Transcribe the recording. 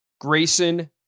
Grayson